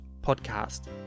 podcast